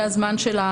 יש לי תחושה,